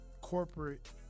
corporate